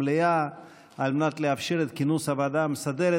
המליאה על מנת לאפשר את כינוס הוועדה המסדרת.